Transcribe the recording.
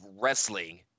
wrestling